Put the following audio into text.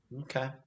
Okay